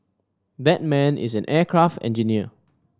that man is an aircraft engineer